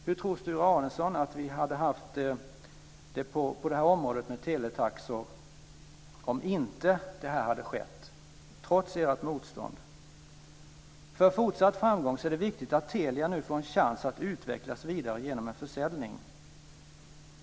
Hur tror Sture Arnesson att vi hade haft det med teletaxor om detta inte hade skett - trots ert motstånd? För fortsatt framgång är det viktigt att Telia får en chans att utvecklas vidare genom en försäljning.